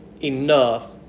Enough